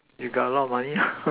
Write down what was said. you got a lot of money